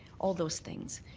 all those things.